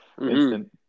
instant